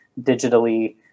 digitally